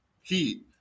Heat